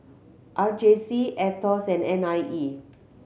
R J C Aetos and N I E